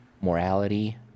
morality